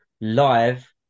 live